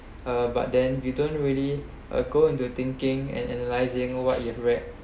uh but then you don't really uh go into thinking and analyzing what you have read